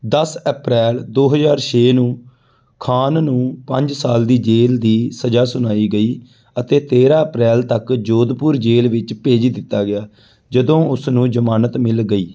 ਦਸ ਅਪ੍ਰੈਲ ਦੋ ਹਜ਼ਾਰ ਛੇ ਨੂੰ ਖਾਨ ਨੂੰ ਪੰਜ ਸਾਲ ਦੀ ਜੇਲ੍ਹ ਦੀ ਸਜ਼ਾ ਸੁਣਾਈ ਗਈ ਅਤੇ ਤੇਰਾਂ ਅਪ੍ਰੈਲ ਤੱਕ ਜੋਧਪੁਰ ਜੇਲ੍ਹ ਵਿੱਚ ਭੇਜ ਦਿੱਤਾ ਗਿਆ ਜਦੋਂ ਉਸ ਨੂੰ ਜਮਾਨਤ ਮਿਲ ਗਈ